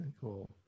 Cool